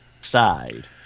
side